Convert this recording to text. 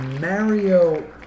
Mario